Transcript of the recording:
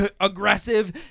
aggressive